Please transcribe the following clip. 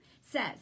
says